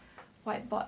whiteboard